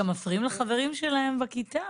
וגם מפריעים לחברים שלהם בכיתה.